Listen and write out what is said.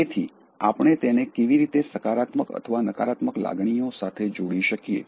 તેથી આપણે તેને કેવી રીતે સકારાત્મક અથવા નકારાત્મક લાગણીઓ સાથે જોડી શકીએ